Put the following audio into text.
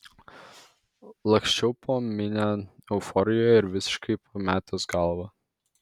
laksčiau po minią euforijoje ir visiškai pametęs galvą